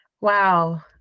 wow